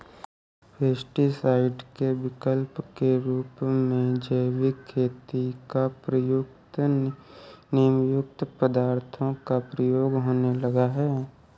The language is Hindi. पेस्टीसाइड के विकल्प के रूप में जैविक खेती में प्रयुक्त नीमयुक्त पदार्थों का प्रयोग होने लगा है